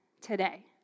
today